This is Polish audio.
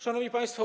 Szanowni Państwo!